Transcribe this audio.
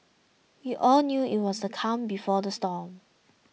we all knew it was the calm before the storm